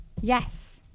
Yes